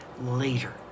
later